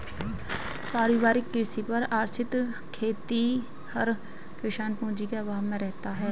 पारिवारिक कृषि पर आश्रित खेतिहर किसान पूँजी के अभाव में रहता है